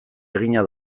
egina